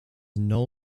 null